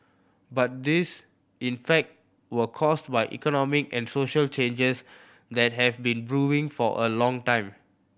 but these in fact were caused by economic and social changes that have been brewing for a long time